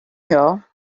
here